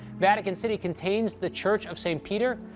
vatican city contains the church of saint peter,